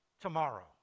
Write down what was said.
tomorrow